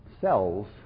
cells